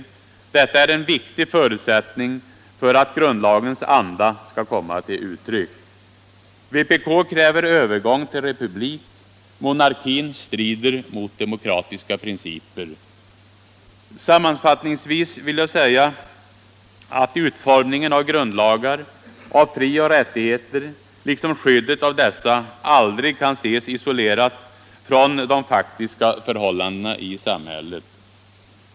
Detta är Nr 149 en viktig förutsättning för att grundlagens anda skall komma till Uttryck: Fredagen den Mös kräver övergång till republik — monarkin strider mot demokratiska 4 juni 1976 principer. fötts Sammanfattningsvis vill jag säga att utformningen av grundlagar och = Frioch rättigheter i av frioch rättigheter liksom skyddet av dessa aldrig kan ses isolerat — grundlag från de faktiska förhållandena i samhället.